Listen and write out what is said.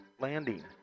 landing